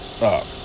up